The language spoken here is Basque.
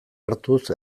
hartuz